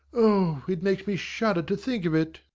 oh, it makes me shudder to think of it!